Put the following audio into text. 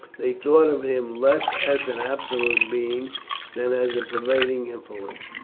they thought of him less as an absolute being than as a pervading influence.